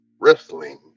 wrestling